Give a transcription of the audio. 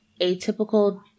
atypical